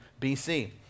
BC